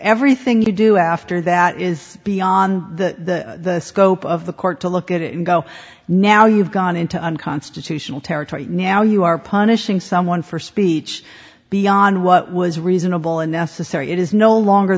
everything we do after that is beyond the scope of the court to look at it and go now you've gone into unconstitutional territory now you are punishing someone for speech beyond what was reasonable and necessary it is no longer